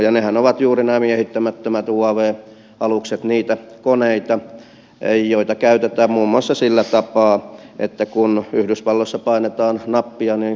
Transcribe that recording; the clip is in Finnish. ja nämä miehittämättömät uav aluksethan ovat juuri niitä koneita joita käytetään muun muassa sillä tapaa että kun yhdysvalloissa painetaan nappia niin pakistanissa räjähtää